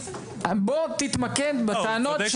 בוא תתמקד בטענות.